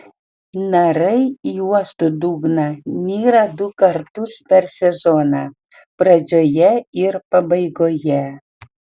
narai į uosto dugną nyra du kartus per sezoną pradžioje ir pabaigoje